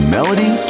Melody